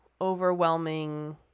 overwhelming